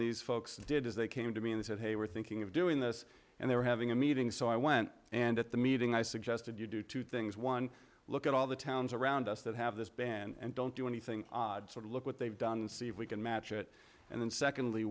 these folks did is they came to me and said hey we're thinking of doing this and they were having a meeting so i went and at the meeting i suggested you do two things one look at all the towns around us that have this band and don't do anything odd sort of look what they've done and see if we can match it and then secondly